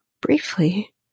briefly